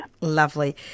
Lovely